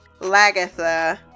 Lagatha